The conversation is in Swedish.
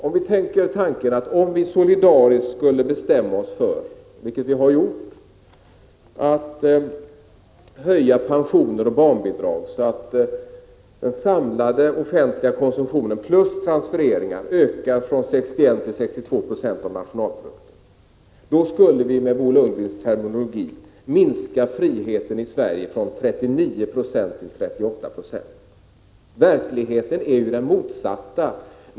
Om vi tänker oss att vi solidariskt skulle bestämma oss för att höja pensioner och barnbidrag — vilket vi har gjort — så att den samlade offentliga verksamheten plus transfereringarna ökade från 61 96 till 62 96 av bruttonationalprodukten, då skulle vi med Bo Lundgrens terminologi minska friheten i Sverige från 39 96 till 38 Jo. Verkligheten är ju den motsatta.